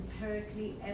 empirically